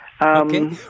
Okay